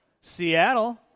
Seattle